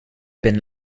been